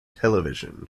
television